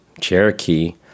Cherokee